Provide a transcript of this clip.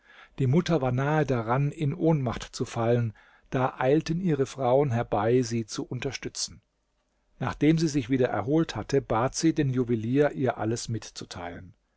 die mutter war nahe daran in ohnmacht zu fallen da eilten ihre frauen herbei sie zu unterstützen nachdem sie sich wieder erholt hatte bat sie den juwelier ihr alles mitzuteilen